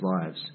lives